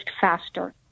faster